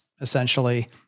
essentially